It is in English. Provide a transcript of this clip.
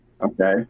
okay